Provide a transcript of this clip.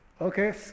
Okay